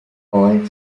old